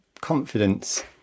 confidence